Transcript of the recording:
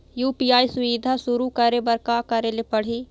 UPI सुविधा शुरू करे बर का करे ले पड़ही?